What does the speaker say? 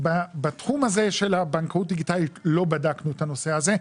בתחום הזה של בנקאות דיגיטלית לא בדקנו את הנושא הזה,